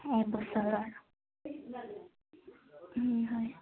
এবছৰৰ হয়